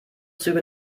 züge